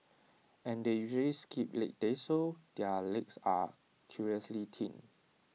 and they usually skip leg days so their legs are curiously thin